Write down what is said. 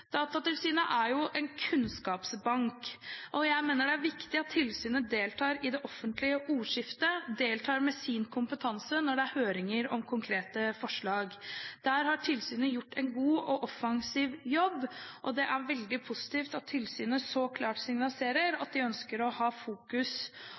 Datatilsynet er en kunnskapsbank, og jeg mener det er viktig at tilsynet deltar i det offentlige ordskiftet, og at det deltar med sin kompetanse når det er høringer om konkrete forslag. Der har tilsynet gjort en god og offensiv jobb, og det er veldig positivt at tilsynet så klart signaliserer